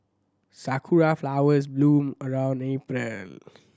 sakura flowers bloom around April